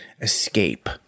escape